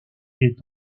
est